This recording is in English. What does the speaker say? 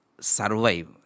survive